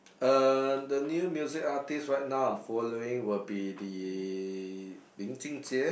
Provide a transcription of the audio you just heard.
uh the new music artist right I am following will be the lin jun jie